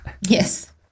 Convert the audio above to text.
Yes